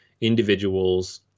individuals